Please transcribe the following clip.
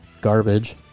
garbage